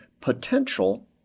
potential